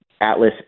Atlas